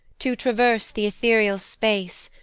to traverse the ethereal space,